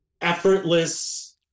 effortless